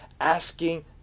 asking